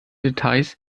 details